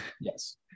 Yes